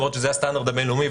למרות שזה הסטנדרט הבין-לאומי,